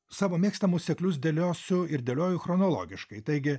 savo mėgstamus seklius dėliosiu ir dėlioju chronologiškai taigi